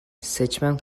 seçmen